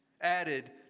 added